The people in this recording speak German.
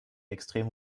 extrem